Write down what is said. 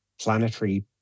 planetary